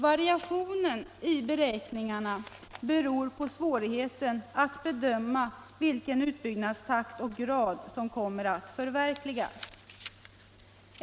Variationer i beräkningarna beror på svårigheten att bedöma vilken utbyggnadstakt och utbyggnadsgrad som kommer att förverkligas.